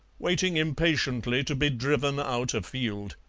waiting impatiently to be driven out afield,